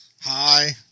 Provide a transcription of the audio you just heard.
hi